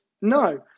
No